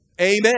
Amen